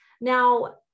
Now